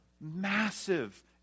massive